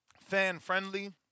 fan-friendly